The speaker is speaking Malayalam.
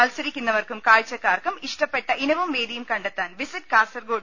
മത്സരിക്കുന്നവർക്കും കാഴ്ചക്കാർക്കും ഇഷ്ടപ്പെട്ട ഇനവും വേദിയും കണ്ടെത്താൻ വിസിറ്റ് കാസർകോട്